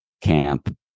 camp